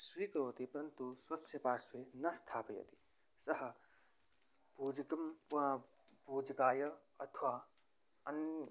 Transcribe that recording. स्वीकरोति परन्तु स्वस्य पार्श्वे न स्थापयति सः पूजितुं वा पूजकाय अथवा अन्यः